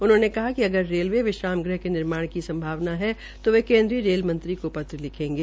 उन्होंने कहा कि अगर रेलवे विश्राम गृह के निर्माण की संभावना है तो वे केन्द्रीय रेल मंत्री को पत्र लिखेंगे